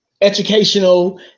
educational